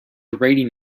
rating